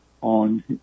on